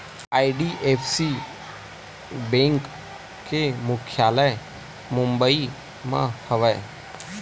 IDFC bank के मुख्यालय मुबई म हवय